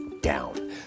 down